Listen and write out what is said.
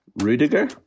Rudiger